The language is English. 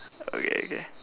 okay okay